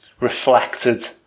reflected